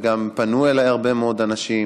וגם פנו אליי הרבה מאוד אנשים.